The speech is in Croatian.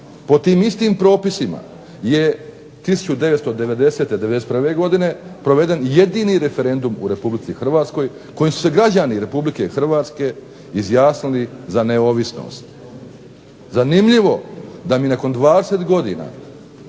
po tim istim propisima je 1990., 1991. proveden jedini referendum u Republici Hrvatskoj na kojem su se građani Republike Hrvatske izjasnili za neovisnost. Zanimljivo da mi nakon 20 godina